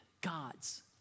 God's